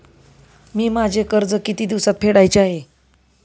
मी माझे कर्ज किती दिवसांत फेडायचे आहे?